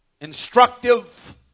instructive